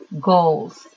goals